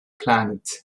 planet